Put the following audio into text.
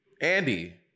Andy